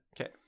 Okay